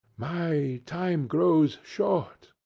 my time grows short,